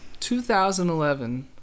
2011